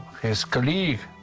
his colleague.